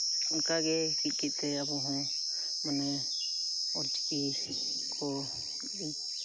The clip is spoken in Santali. ᱚᱱᱠᱟ ᱜᱮ ᱢᱤᱫ ᱢᱤᱫᱛᱮ ᱟᱵᱚᱦᱚᱸ ᱢᱟᱱᱮ ᱚᱞᱪᱤᱠᱤ ᱠᱚ